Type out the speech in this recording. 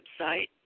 website